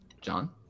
John